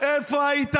איפה היית